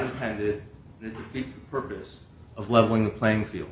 intended purpose of leveling the playing field